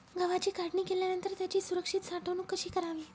गव्हाची काढणी केल्यानंतर त्याची सुरक्षित साठवणूक कशी करावी?